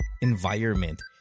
environment